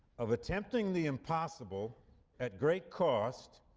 of attempting the impossible at great cost,